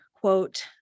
quote